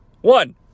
One